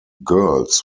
girls